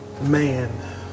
Man